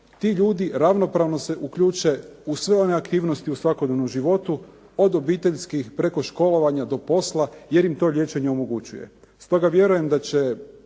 ti ljudi ravnopravno se uključe u sve one aktivnosti u svakodnevnom životu od obiteljskih preko školovanja do posla jer im to liječenje omogućuje. Stoga vjerujem da će